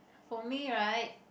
for me right